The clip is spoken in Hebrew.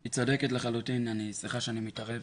היא צודקת לחלוטין, סליחה שאני מתערב.